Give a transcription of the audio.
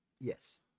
Yes